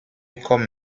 comme